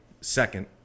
second